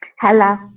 Hello